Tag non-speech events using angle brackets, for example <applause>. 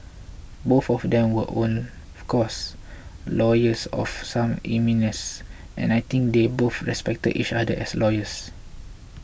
both of them were <unintelligible> of course lawyers of some eminence and I think they both respected each other as lawyers